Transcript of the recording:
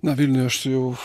na vilniuj aš tai jau